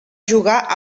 jugar